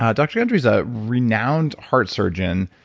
um dr. gundry is a renowned heart surgeon,